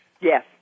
Yes